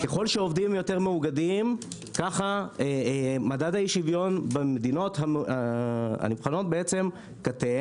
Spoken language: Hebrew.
ככל שעובדים יותר מאוגדים כך מדד אי השוויון במדינות הנבחנות קטן.